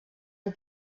han